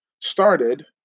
started